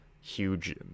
huge